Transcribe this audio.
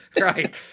Right